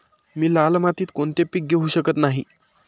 मी लाल मातीत कोणते पीक घेवू शकत नाही?